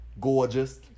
gorgeous